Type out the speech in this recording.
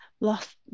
lost